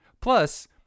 Plus